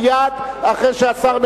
מייד אחרי שהשר מסיים,